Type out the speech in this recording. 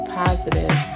positive